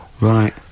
Right